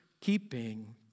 keeping